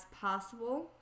possible